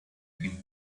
team